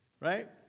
Right